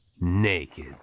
Naked